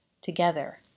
together